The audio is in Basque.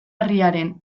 herriaren